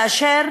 כאשר